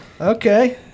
Okay